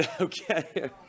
okay